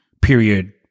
period